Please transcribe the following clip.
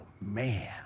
man